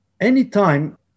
Anytime